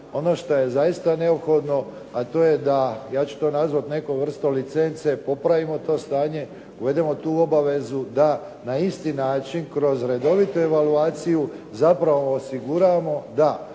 Ono što je zaista neophodno a to je da, ja ću nazvati to nekom vrstom licence, popravimo to stanje, uvedemo tu obavezu da na isti način, kroz redovitu evaluaciju zapravo osiguramo da